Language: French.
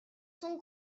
sont